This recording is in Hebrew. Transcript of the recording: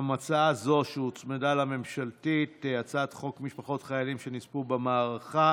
ההצעה להעביר את הצעת חוק משפחות חיילים שנספו במערכה